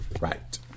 Right